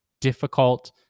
difficult